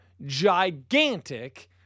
Gigantic